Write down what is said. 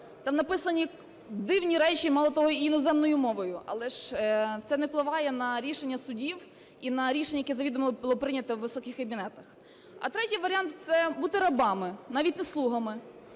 там написані дивні речі, мало того, іноземною мовою, але ж це не впливає на рішення судів і на рішення, яке завідома було прийнято у високих кабінетах. А третій варіант – це бути рабами, навіть не слугами,